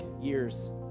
years